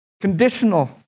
Conditional